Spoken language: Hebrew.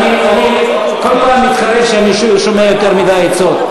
אני כל פעם מתחרט כשאני שומע יותר מדי עצות.